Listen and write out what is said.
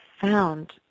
Found